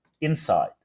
inside